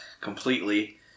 completely